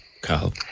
Carl